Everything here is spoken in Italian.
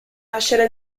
nascere